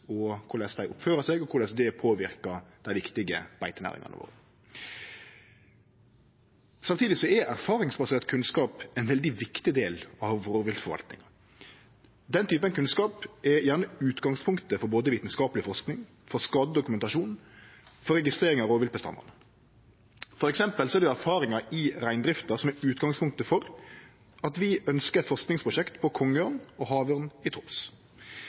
og korleis dei oppfører seg, og korleis det påverkar dei viktige beitenæringane våre. Samtidig er erfaringsbasert kunnskap ein veldig viktig del av rovviltforvaltninga. Den typen kunnskap er gjerne utgangspunktet for både vitskapeleg forsking, skadedokumentasjon og registrering av rovviltbestandane. For eksempel er det erfaringar i reindrifta som er utgangspunktet for at vi ønskjer eit forskingsprosjekt på kongeørn og havørn i Troms.